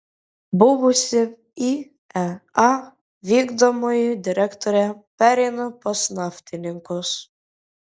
buvusi iea vykdomoji direktorė pereina pas naftininkus